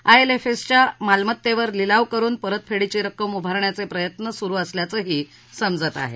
आयएलएफएसच्या मालमत्तेचा लिलाव करुन परतफेडीची रक्कम उभारण्याचे प्रयत्न सुरु असल्याचंही समजतं